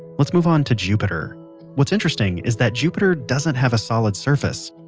let's move on to jupiter what's interesting is that jupiter doesn't have a solid surface.